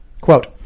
Quote